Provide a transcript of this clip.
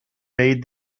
made